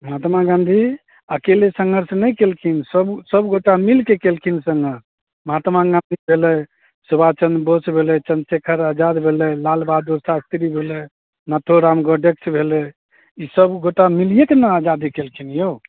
महात्मा गाँधी अकेले सङ्घर्ष नहि कयलखिन सब सब गोटा मिलिके कयलखिन सङ्घर्ष महात्मा गाँधी भेलै य सुभाषचन्द्र बोस भेलै चन्द्रशेखर आजाद भेलै लाल बहादुर शास्त्री भेलै नाथुराम गोडेसे भेलै ईसब गोटा मिलिएके ने आजादी कयलखिन यौ